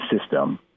system